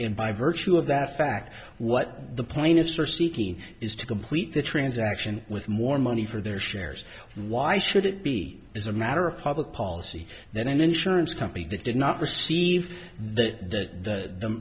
and by virtue of that fact what the plaintiffs are seeking is to complete the transaction with more money for their shares why should it be is a matter of public policy then an insurance company that did not receive that